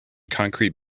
concrete